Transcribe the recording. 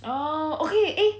oh okay eh